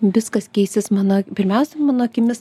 viskas keisis mano pirmiausia mano akimis